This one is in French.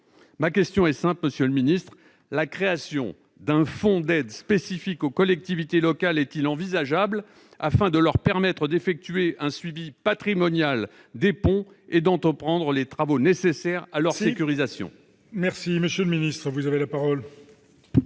Ma question est simple, monsieur le secrétaire d'État : la création d'un fonds d'aide spécifique aux collectivités locales est-elle envisageable afin de leur permettre d'effectuer un suivi patrimonial des ponts et d'entreprendre les travaux nécessaires à leur sécurisation ? La parole est à M. le